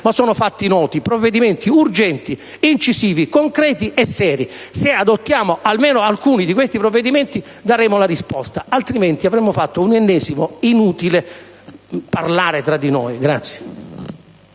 ma sono fatti noti, provvedimenti urgenti, incisivi, concreti e seri; se ne adottiamo almeno alcuni daremo una risposta, altrimenti avremo fatto un ennesimo inutile parlare tra di noi.